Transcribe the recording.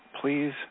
please